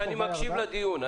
שאני מקשיב לדיון.